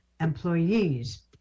employees